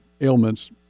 ailments